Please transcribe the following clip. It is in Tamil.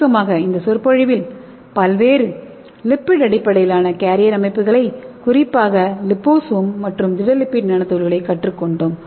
சுருக்கமாக இந்த சொற்பொழிவில் பல்வேறு லிப்பிட் அடிப்படையிலான கேரியர் அமைப்புகளை குறிப்பாக லிபோசோம் மற்றும் திட லிப்பிட் நானோ துகள்களைக் கற்றுக்கொண்டோம்